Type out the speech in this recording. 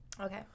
okay